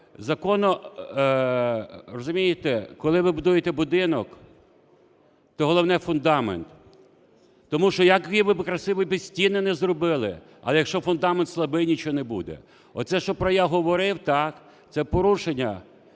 закону… Розумієте, коли ви будуєте будинок, то головне – фундамент. Тому що які би ви красиві стіни не зробили, але якщо фундамент слабий, нічого не буде. Оце, що про… я говорив, це порушення